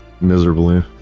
miserably